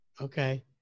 Okay